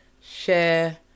share